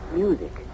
music